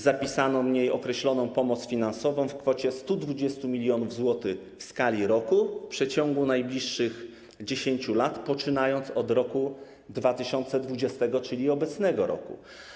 Zapisano w niej określoną pomoc finansową w kwocie 120 mln zł w skali roku w przeciągu najbliższych 10 lat, poczynając od roku 2020, czyli obecnego roku.